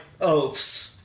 oafs